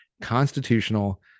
constitutional